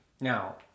Now